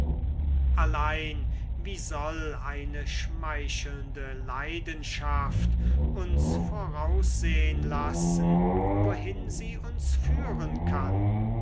allein wie soll eine schmeichelnde leidenschaft uns voraussehn lassen wohin sie uns führen kann